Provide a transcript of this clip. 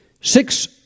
Six